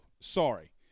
Sorry